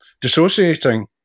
dissociating